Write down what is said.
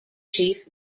chief